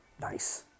Nice